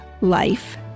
life